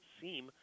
seem